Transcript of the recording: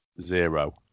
Zero